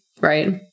right